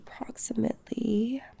approximately